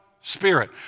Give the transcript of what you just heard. spirit